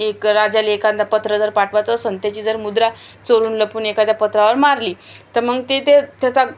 एक राजाला एखादं पत्र जर पाठवायचं असेन त्याची जर मुद्रा चोरून लपून एखाद्या पत्रावर मारली तर मग ती ते त्याचा